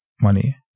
money